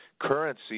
currency